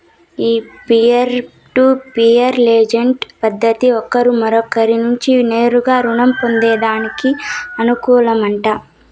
ఈ peer to peer lending పద్దతి ఒకరు మరొకరి నుంచి నేరుగా రుణం పొందేదానికి అనుకూలమట